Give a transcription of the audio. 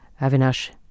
Avinash